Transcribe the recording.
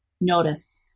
notice